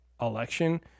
election